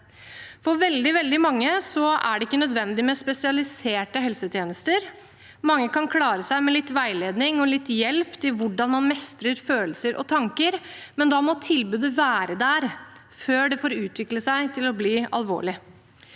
For svært mange er det ikke nødvendig med spesialiserte helsetjenester. Mange kan klare seg med litt veiledning og litt hjelp til hvordan man mestrer følelser og tanker, men da må tilbudet være der før det får utvikle seg til å bli alvorlig.